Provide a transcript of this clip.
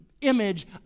image